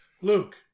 Luke